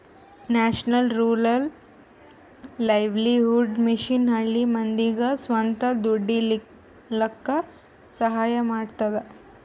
national rural livelihood mission ಹಳ್ಳಿ ಮಂದಿಗ್ ಸ್ವಂತ ದುಡೀಲಕ್ಕ ಸಹಾಯ ಮಾಡ್ತದ